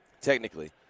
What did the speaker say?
technically